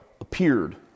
appeared